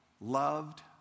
loved